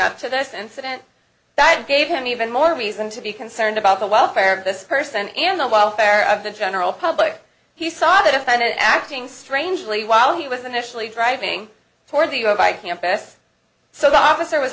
up to this incident that gave him even more reason to be concerned about the welfare of this person and the welfare of the general public he saw the defendant acting strangely while he was initially driving toward the by campus so the officer was